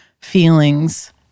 feelings